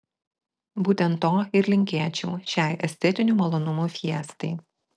būtent to ir linkėčiau šiai estetinių malonumų fiestai